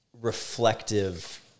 reflective